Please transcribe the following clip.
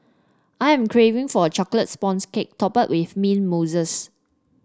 I am craving for a chocolate sponges cake topped with mint mousse